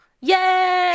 Yay